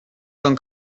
cent